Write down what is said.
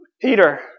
Peter